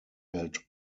held